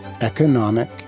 economic